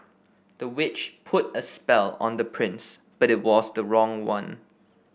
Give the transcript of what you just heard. the witch put a spell on the prince but it was the wrong one